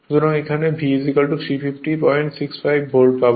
সুতরাং এখানে V 35065 volt পাবে